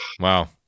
Wow